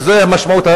וזאת המשמעות,